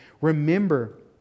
remember